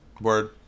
Word